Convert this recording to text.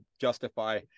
justify